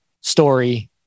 story